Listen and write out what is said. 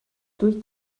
durch